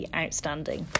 outstanding